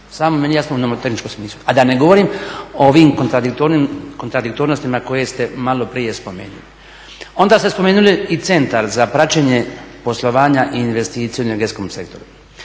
samo mi nije jasno u nomotehničkom smislu, a da ne govorim o ovim kontradiktornostima koje ste malo prije spomenuli. Onda ste spomenuli i Centar za praćenje poslovanja i investicija u energetskom sektoru.